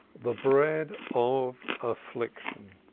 the bread of affliction.